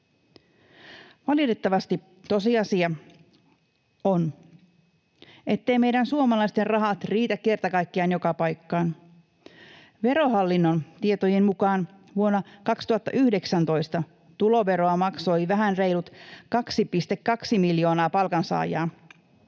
Valitettavasti tosiasia on, etteivät meidän suomalaisten rahat kerta kaikkiaan riitä joka paikkaan. Verohallinnon tietojen mukaan vuonna 2019 tuloveroa maksoi vähän reilut 2,2 miljoonaa palkansaajaa.